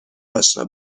اشنا